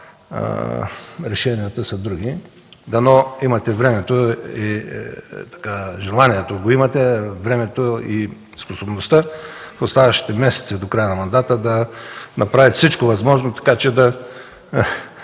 решенията са друго. Дано имате времето, желанието го имате, и способността в оставащите месеци до края на мандата да направите всичко възможно така, че да